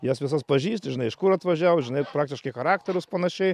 jas visas pažįsti žinai iš kur atvažiavo žinai praktiškai charakterius panašiai